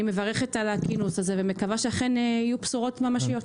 אני מברכת על הכינוס הזה ומקווה שאכן יהיו בשורות ממשיות.